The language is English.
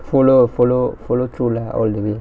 follow follow follow through lah all the way